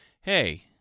hey